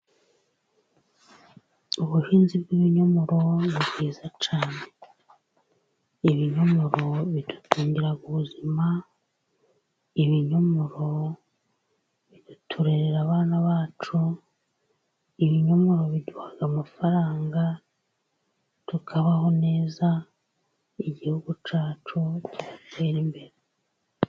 Ubuhinzi bw'ibinyomoro ni bwiza cyane, ibinyomoro bidutungira ubuzima ibinyomoro biturerera abana bacu, ibinyomaro biduha amafaranga tukabaho neza igihugu cyacu kigatera imbere.